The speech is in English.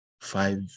five